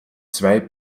zwei